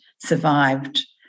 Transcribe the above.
survived